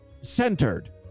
centered